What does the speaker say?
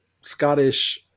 Scottish